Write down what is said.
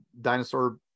dinosaur